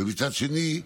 מצד שני,